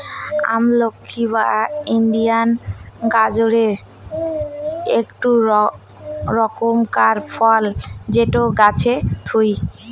আমলকি বা Indian gooseberry আকটো রকমকার ফল যেটো গাছে থুই